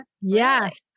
yes